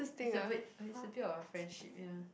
it's a bit it's a bit of our friendship ya